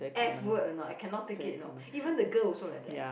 F word you know I cannot take it you know even the girl also like that